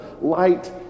light